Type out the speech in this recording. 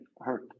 hurt